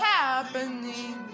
happening